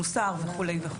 מוסר וכולי.